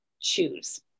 choose